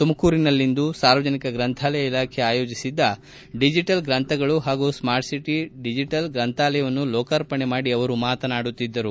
ತುಮಕೂರಿನಲ್ಲಿಂದು ಸಾರ್ವಜನಿಕ ಗ್ರಂಥಾಲಯ ಇಲಾಖೆ ಆಯೋಜಿಸಿದ್ದ ಡಿಜಿಟಲ್ ಗ್ರಂಥಗಳು ಹಾಗೂ ಸ್ನಾರ್ಟ್ ಡಿಜೆಟಲ್ ಗ್ರಂಥಾಲಯವನ್ನು ಲೋಕಾರ್ಪಣೆ ಮಾಡಿ ಅವರು ಮಾತನಾಡುತ್ತಿದ್ದರು